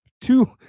two